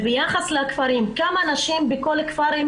וביחס לכפרים: כמה נשים בכל כפר מועסקות?